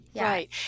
Right